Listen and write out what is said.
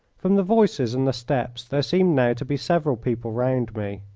from the voices and the steps there seemed now to be several people round me.